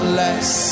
less